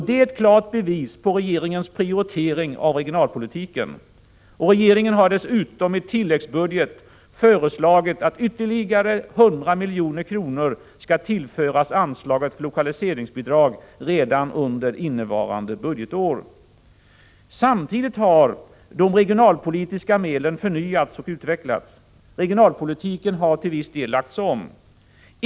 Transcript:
Det är ett klart bevis på regeringens prioritering av regionalpolitiken. Regeringen har dessutom i tilläggsbudget föreslagit att ytterligare 100 milj.kr. skall tillföras anslaget för lokaliseringsbidrag redan under innevarande budgetår. Samtidigt har de regionalpolitiska medlen förnyats och utvecklats. Regionalpolitiken har till viss del lagts om.